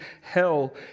hell